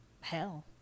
hell